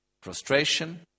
prostration